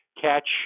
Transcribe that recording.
catch